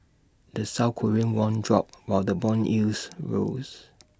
the south Korean won dropped while the Bond yields rose